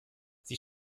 sie